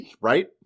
Right